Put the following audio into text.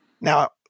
Now